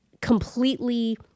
completely